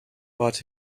but